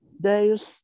days